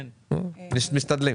משתדלים.